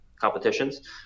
competitions